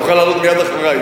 בוא, תוכל לעלות מייד אחרי.